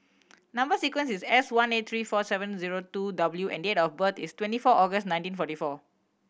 number sequence is S one eight three four seven zero two W and date of birth is twenty four August nineteen forty four